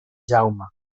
jaume